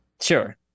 Sure